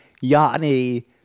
Yanni